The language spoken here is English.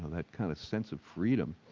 that kind of sense of freedom.